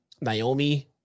Naomi